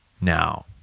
Now